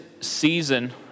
season